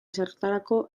zertarako